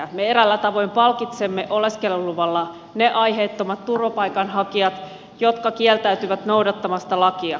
me eräällä tavoin palkitsemme oleskeluluvalla ne aiheettomat turvapaikanhakijat jotka kieltäytyvät noudattamasta lakia